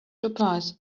surprise